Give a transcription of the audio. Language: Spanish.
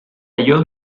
halló